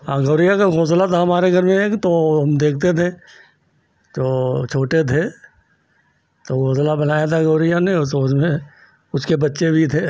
और गोरैया का घोंसला था हमारे घर में तो हम देखते थे तो छोटे थे तो घोंसला बनाया था गौरैया ने उस उसमें उसके बच्चे भी थे